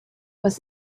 was